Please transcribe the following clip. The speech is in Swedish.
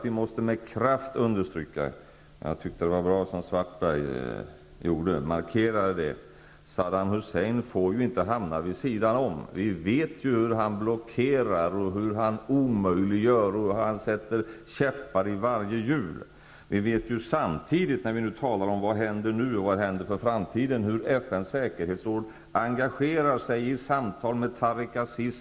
Vi måste med kraft markera -- jag tyckte att det var bra som Svartberg gjorde -- att Saddam Hussein inte får hamna vid sidan om. Vi vet ju hur han blockerar, hur han omöjliggör saker och ting och hur han sätter käppar i varje hjul. Samtidigt vet vi, när vi talar om vad som händer nu och vad som händer i framtiden, hur FN:s säkerhetsråd engagerar sig i samtal med Tariq Aziz.